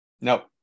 nope